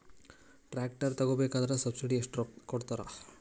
Tractor ತಗೋಬೇಕಾದ್ರೆ subsidy ಎಷ್ಟು ಕೊಡ್ತಾರ?